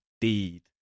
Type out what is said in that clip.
deed